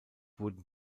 wurden